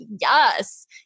Yes